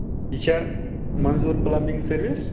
یہِ چھا مَنظوٗر پٕلَمبِنٛگ سٔروِس